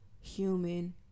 human